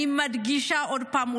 אני מדגישה עוד פעם,